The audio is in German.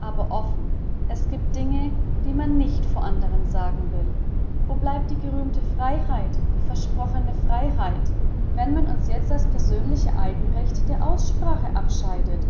aber offen es gibt dinge die man nicht vor andern sagen will wo bleibt die gerühmte freiheit die versprochene freiheit wenn man uns jetzt das persönliche eigenrecht der aussprache abschneidet